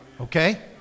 Okay